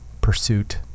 pursuit